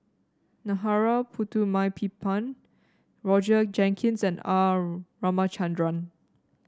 Narana Putumaippittan Roger Jenkins and R Ramachandran